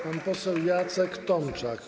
Pan poseł Jacek Tomczak.